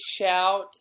shout